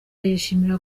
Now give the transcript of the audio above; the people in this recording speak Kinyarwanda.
yishimira